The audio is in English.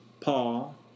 Paul